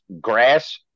grass